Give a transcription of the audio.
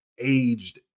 aged